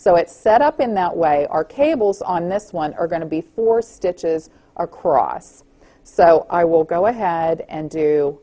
so it's set up in that way our cables on this one are going to be four stitches are cross so i will go ahead and do